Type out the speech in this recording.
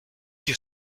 your